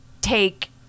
take